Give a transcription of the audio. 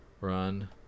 run